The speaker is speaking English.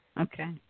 Okay